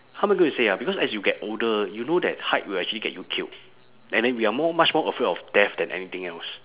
how am I gonna say ah because as you get older you know that height will actually get you killed and then we are more much more afraid of death than anything else